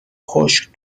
خشک